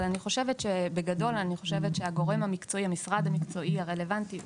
אבל בגדול אני חושבת שהמשרד המקצועי הרלוונטי,